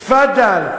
תפאדל?